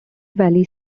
valley